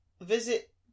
visit